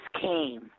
came